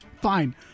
Fine